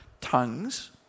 tongues